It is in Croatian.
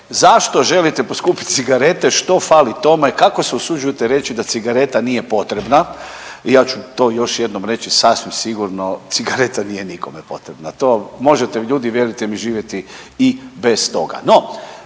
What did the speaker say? zašto želite poskupiti cigarete? Što fali tome? Kako se usuđujete reći da cigareta nije potrebna? Ja ću to još jednom reći sasvim sigurno cigareta nije nikome potrebna. To možete ljudi vjerujte mi živjeti i bez toga.